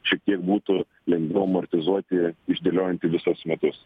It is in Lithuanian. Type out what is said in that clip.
šiek tiek būtų lengviau amortizuoti išdėliojant į visus metus